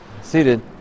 seated